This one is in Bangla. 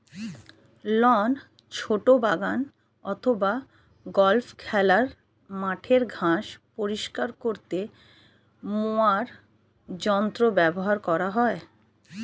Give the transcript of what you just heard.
লন, ছোট বাগান অথবা গল্ফ খেলার মাঠের ঘাস পরিষ্কার করতে মোয়ার যন্ত্র ব্যবহার করা হয়